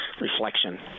reflection